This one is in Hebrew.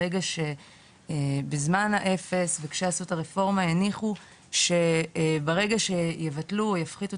ברגע שבזמן האפס וכשעשו את הרפורמה הניחו שברגע שיבטלו או יפחיתו